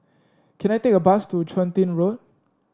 can I take a bus to Chun Tin Road